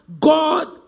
God